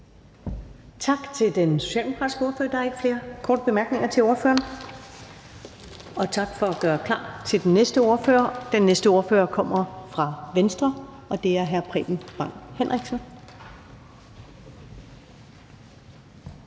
Tak til den socialdemokratiske ordfører. Der er ikke flere korte bemærkninger til ordføreren. Og tak for at gøre klar til den næste ordfører, som kommer fra Venstre, og det er hr. Preben Bang Henriksen.